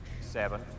Seven